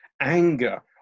anger